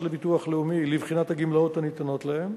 לביטוח לאומי לבחינת הגמלאות הניתנות להם,